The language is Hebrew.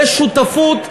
בשותפות,